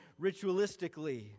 ritualistically